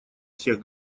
всех